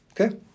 Okay